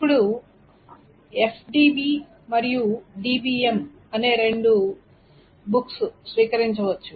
ఇప్పుడు ఎఫ్డిబి మరియు డిబిఎం అనే రెండు బుక్స్ స్వీకరించవచ్చు